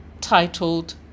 titled